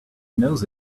knows